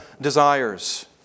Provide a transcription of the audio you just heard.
desires